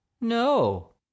No